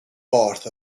part